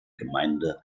gemeinde